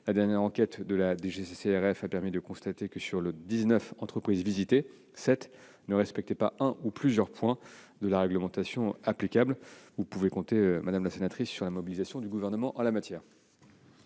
La dernière enquête de la DGCCRF a permis de constater que, sur dix-neuf entreprises visitées, sept ne respectaient pas un ou plusieurs points de la réglementation applicable. Vous pouvez compter, madame la sénatrice, sur la mobilisation du Gouvernement en la matière.